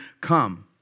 come